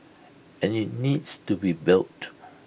and IT needs to be built